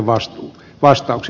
arvoisa puhemies